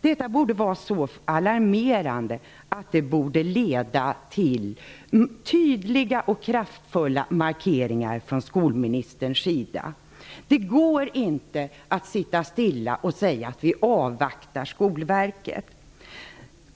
Detta borde vara så alarmerande att det leder till tydliga och kraftfulla markeringar från skolministerns sida. Det går inte att sitta stilla och säga: Vi avvaktar Skolverkets